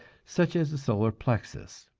such as the solar plexus.